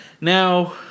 Now